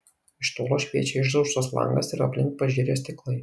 iš tolo šviečia išdaužtas langas ir aplink pažirę stiklai